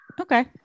okay